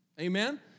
Amen